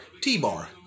T-Bar